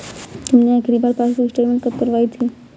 तुमने आखिरी बार पासबुक स्टेटमेंट कब प्रिन्ट करवाई थी?